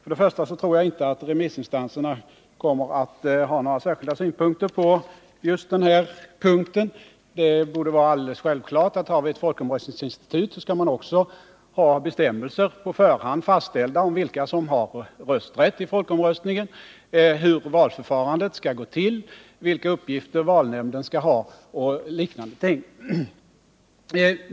Jag tror inte att remissinstanserna kommer att ha några särskilda synpunkter på just den här 51 saken. Det borde vara alldeles självklart, att om vi har ett folkomröstningsinstitut, så skall vi också ha bestämmelser fastställda på förhand om vilka som har rösträtt i folkomröstningen, hur valförfarandet skall gå till, vilka uppgifter valnämnden skall ha osv.